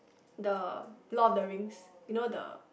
the Lord of the Rings you know the